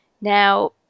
Now